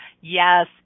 Yes